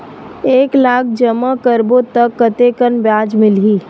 एक लाख जमा करबो त कतेकन ब्याज मिलही?